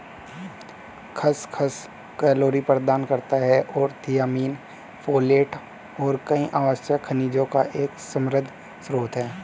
खसखस कैलोरी प्रदान करता है और थियामिन, फोलेट और कई आवश्यक खनिजों का एक समृद्ध स्रोत है